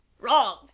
Wrong